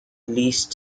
least